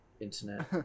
internet